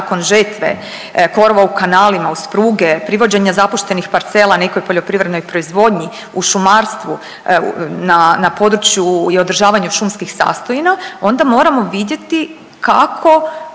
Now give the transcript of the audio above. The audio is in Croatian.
na području i održavanju šumskih sastojina, onda moramo vidjeti kako